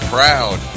Proud